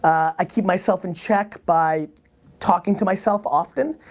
i keep myself in check by talking to myself often.